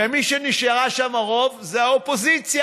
ומי שנשאר שם, הרוב, היא האופוזיציה,